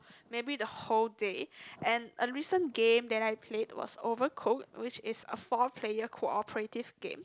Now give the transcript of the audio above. maybe the whole day and a recent game that I played was Overcook which is a four player cooperative game